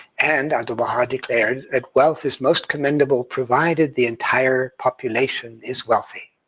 and, abdu'l-baha declares that wealth is most commendable, provided the entire population is wealthy.